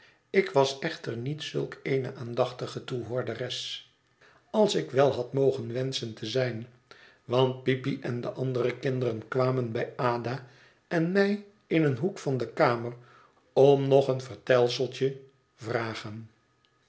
ik was echter niet zulk eene aandachtige toehoorderes als ik wel had mogen wenschen te zijn want peepy en de andere kinderen kwamen bij ada en mij in een hoek van de kamer om nog een vertelseltje vragen